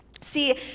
See